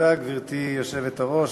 גברתי היושבת-ראש,